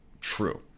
true